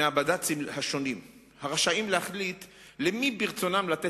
מפקחים ארציים בלבד לאכיפת חוקי